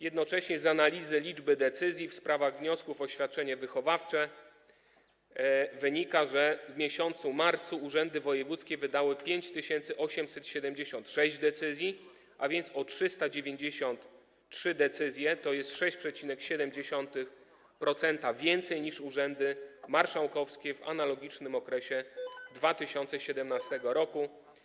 Jednocześnie z analizy liczby wydanych decyzji w sprawach wniosków o świadczenie wychowawcze wynika, że w miesiącu marcu urzędy wojewódzkie wydały 5876 decyzji, a więc o 393, tj. o 6,7%, więcej niż urzędy marszałkowskie w analogicznym okresie 2017 r.